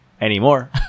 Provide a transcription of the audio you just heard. anymore